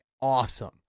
awesome